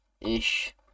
ish